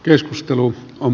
keskustelu on